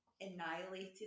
annihilated